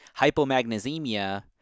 hypomagnesemia